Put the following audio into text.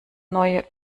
neue